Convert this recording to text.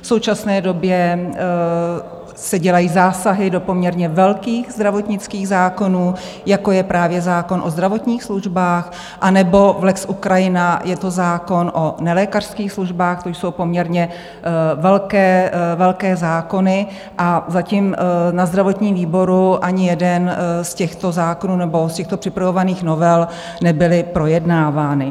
V současné době se dělají zásahy do poměrně velkých zdravotnických zákonů, jako je právě zákon o zdravotních službách anebo v lex Ukrajina, je to zákon o nelékařských službách, to jsou poměrně velké zákony, a zatím na zdravotním výboru ani jeden z těchto zákonů nebo z těchto připravovaných novel nebyl projednáván.